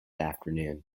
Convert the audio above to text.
afternoon